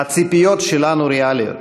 הציפיות שלנו ריאליות.